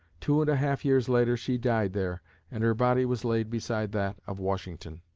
two and a half years later, she died there and her body was laid beside that of washington.